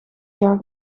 jaar